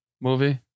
movie